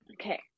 okay